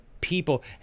people